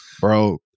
Bro